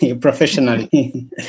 professionally